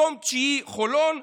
מקום תשיעי, חולון,